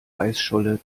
eisscholle